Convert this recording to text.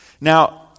Now